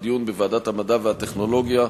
לדיון בוועדת המדע והטכנולוגיה,